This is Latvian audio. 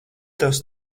tavs